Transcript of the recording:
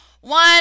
One